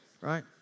Right